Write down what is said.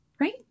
right